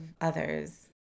others